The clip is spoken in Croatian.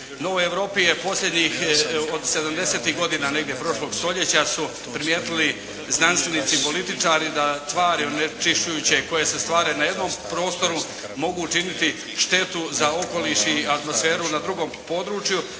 No u Europi je posljednjih od sedamdesetih godina negdje prošlog stoljeća su primijetili znanstvenici i političari da tvari onečišćujuće koje se stvaraju na jednom prostoru mogu učiniti štetu za okoliš i atmosferu na drugom području,